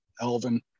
Elvin